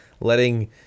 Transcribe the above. Letting